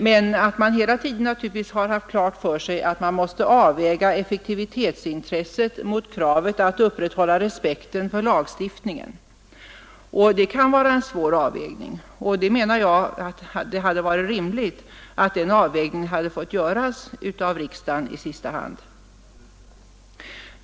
Det har dock hela tiden stått klart att man måste avväga effektivitetsintresset mot kravet på att upprätthålla respekten för lagstiftningen. Det kan vara en svår avvägning. Jag menar att det hade varit rimligt att den avvägningen fått göras av riksdagen i sista hand.